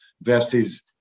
versus